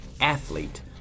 athlete